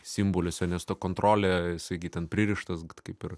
simbolis jo nes ta kontrolė sakyt ten pririštas kaip ir